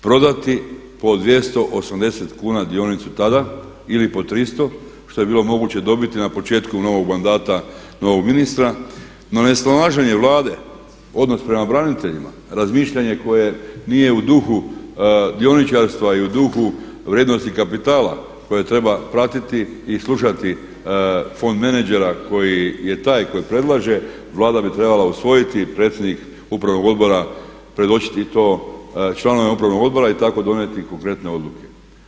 Prodati po 280 kuna dionicu tada ili po 300 što je bilo moguće dobiti na početku novog mandata novog ministra no nesnalaženje vlade, odnos prema braniteljima, razmišljanje koje nije u duhu dioničarstva i u duhu vrijednosti kapitala koje treba pratiti i slušati fond menadžera koji je taj koji predlaže Vlada bi trebala usvojiti i predsjednik upravnog odbora predočiti to članovima upravnog odbora i tako donijeti konkretne odluke.